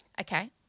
Okay